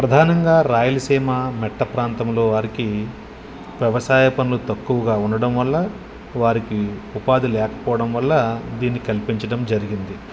ప్రధానంగా రాయలసీమ మెట్ట ప్రాంతంలో వారికి వ్యవసాయ పనులు తక్కువగా ఉండడం వల్ల వారికి ఉపాధి లేకపోవడం వల్ల దీన్ని కల్పించడం జరిగింది